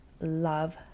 love